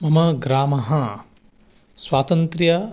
मम ग्रामः स्वातन्त्र्यं